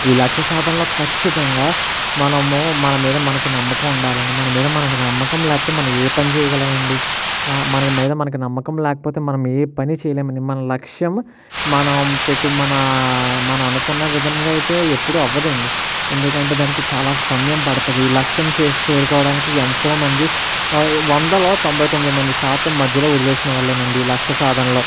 ఈ లక్ష్య సాధనలో ఖచ్చితంగా మనము మనమీద మనకి నమ్మకం ఉండాలండి మనమీద మనకు నమ్మకం లేకపోతే మనం ఏపని చెయ్యగలమండి ఆ మన మీద మనకి నమ్మకం లేకపోతే మనం ఏ పని చెయ్యలేమండి మన లక్ష్యం మన పెట్టి మన మన అనుకున్న విధంగా అయితే ఎప్పుడు అవ్వదండి ఎందుకంటే దానికి చాలా సమయం పడుతుంది లక్ష్యం చేసి చేరుకోవడానికి ఎంతోమంది ఆ వందలో తొంభై తొమ్మిది మంది శాతం మధ్యలో వదిలేసిన వాళ్ళేనండి లక్ష్య సాధనలో